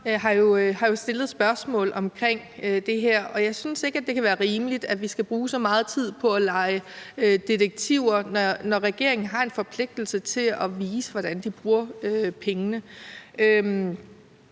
har stillet spørgsmål om det her. Og jeg synes ikke, at det kan være rimeligt, at vi skal bruge så meget tid på at lege detektiver, når regeringen har en forpligtelse til at vise, hvordan de bruger pengene.